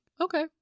okay